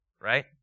right